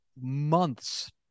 months